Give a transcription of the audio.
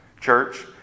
church